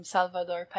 Salvador